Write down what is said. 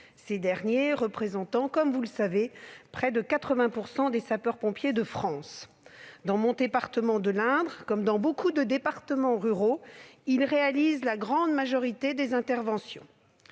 ces derniers représentent 79 % des sapeurs-pompiers de France. Dans mon département de l'Indre, comme dans de nombreux départements ruraux, ils réalisent la grande majorité des interventions.